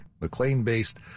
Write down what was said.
McLean-based